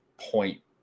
point